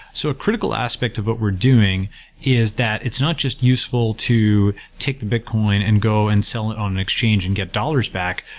so a critical aspect of what we're doing is that it's not just useful to take bitcoin and go and sell it on an exchange and get dollars back,